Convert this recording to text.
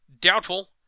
Doubtful